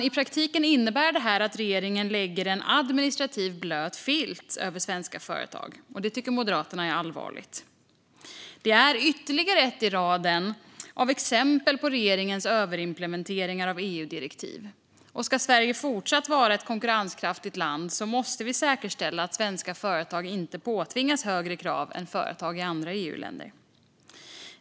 I praktiken innebär detta att regeringen lägger en administrativ blöt filt över svenska företag. Detta tycker Moderaterna är allvarligt. Det är ytterligare ett i raden av exempel på regeringens överimplementeringar av EU-direktiv. Ska Sverige fortsatt vara ett konkurrenskraftigt land måste vi säkerställa att svenska företag inte påtvingas högre krav än företag i andra EU-länder.